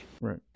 Right